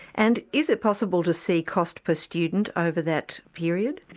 and is it possible to see cost per student over that period?